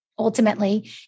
ultimately